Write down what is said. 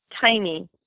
tiny